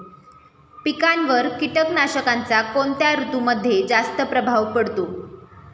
पिकांवर कीटकनाशकांचा कोणत्या ऋतूमध्ये जास्त प्रभाव पडतो?